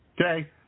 Okay